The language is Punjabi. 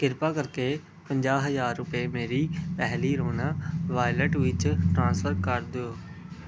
ਕਿਰਪਾ ਕਰਕੇ ਪੰਜਾਹ ਹਜ਼ਾਰ ਰੁਪਏ ਮੇਰੀ ਪਹਿਲੀ ਰੌਣਾ ਵਾਇਲਟ ਵਿੱਚ ਟ੍ਰਾਂਸਫਰ ਕਰ ਦਿਓ